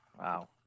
Wow